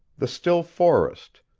the still forest,